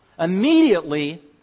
Immediately